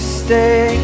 stay